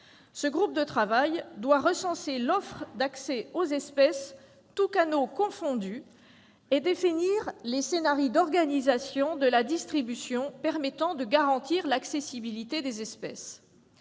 Ce groupe de travail doit recenser l'offre d'accès aux espèces, tous canaux confondus, et définir les scénarios d'organisation de la distribution permettant de garantir l'accessibilité des espèces.